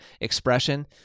expression